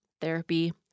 Therapy